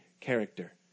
character